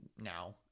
now